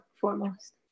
foremost